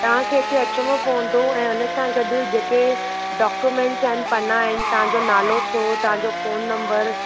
तव्हां खे हिते अचणो पवंदो ऐं उन सां गॾु जेके डाक्यूमेंट्स आहिनि पन्ना आहिनि तव्हां जो नालो थियो तव्हां जो फ़ोन नंबरु